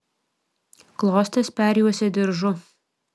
klostes perjuosė diržu